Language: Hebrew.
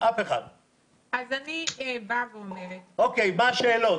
אני באה ואומרת --- מה השאלות?